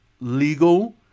legal